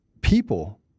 people